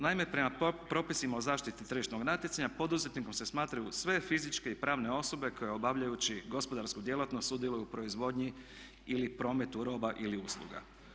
Naime, prema propisima o zaštiti tržišnog natjecanja poduzetnikom se smatraju sve fizičke i pravne osobe koje obavljajući gospodarsku djelatnost sudjeluju u proizvodnji ili prometu roba ili usluga.